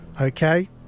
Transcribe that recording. Okay